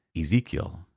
Ezekiel